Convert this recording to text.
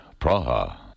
Praha